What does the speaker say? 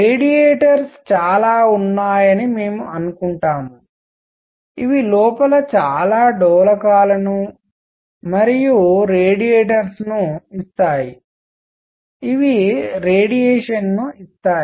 radiators చాలా ఉన్నాయని మేము అనుకుంటాము ఇవి లోపల చాలా డోలకాలను మరియు రేడియేటర్స్ను ఇస్తాయి ఇవి రేడియేషన్ ను ఇస్తాయి